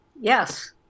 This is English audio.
Yes